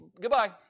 Goodbye